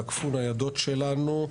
תקפו ניידות שלנו.